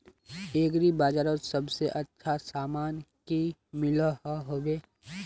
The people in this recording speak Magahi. एग्री बजारोत सबसे अच्छा सामान की मिलोहो होबे?